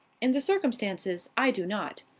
in the circumstances, i do not.